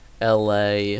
la